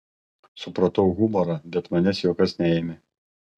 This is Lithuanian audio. supratau humorą bet manęs juokas neėmė